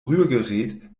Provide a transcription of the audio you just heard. rührgerät